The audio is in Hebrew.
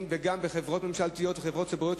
וגם בחברות ממשלתיות וחברות ציבוריות,